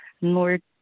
Lord